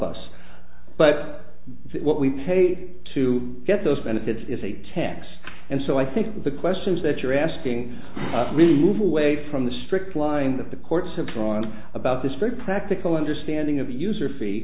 us but what we pay to get those benefits is a tax and so i think the questions that you're asking really move away from the strict line that the courts have drawn about this very practical understanding of the user fee